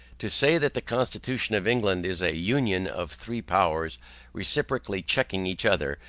to say that the constitution of england is a union of three powers reciprocally checking each other,